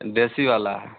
देसी वाला है